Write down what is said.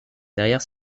derrière